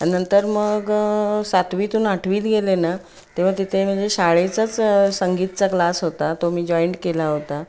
नंतर मग सातवीतून आठवीत गेले ना तेव्हा तिथे म्हणजे शाळेचाच संगीतचा क्लास होता तो मी जॉईंट केला होता